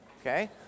okay